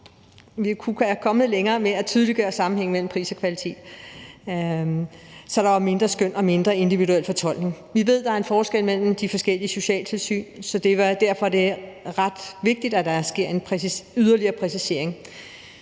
vi kunne være kommet længere med at tydeliggøre sammenhængen mellem pris og kvalitet, så der var mindre skøn og mindre individuel fortolkning. Vi ved, at der er en forskel mellem de forskellige socialtilsyn, så det er derfor, det er ret vigtigt, at der sker en yderligere præcisering.